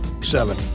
seven